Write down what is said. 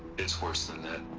it's worse than that